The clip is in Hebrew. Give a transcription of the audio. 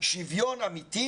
שיוון אמיתי,